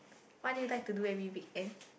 what do you like to do every weekend